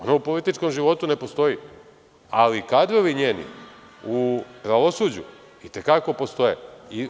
Ona u političkom životu ne postoji, ali kadrovi njeni u pravosuđu i te kako postoje.